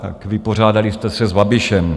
Tak vypořádali jste se s Babišem.